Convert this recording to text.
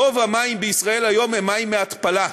רוב המים בישראל כיום הם מים מהתפלה.